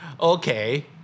Okay